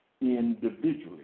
individually